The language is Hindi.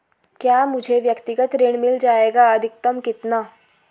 क्या मुझे व्यक्तिगत ऋण मिल जायेगा अधिकतम कितना?